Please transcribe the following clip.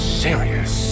serious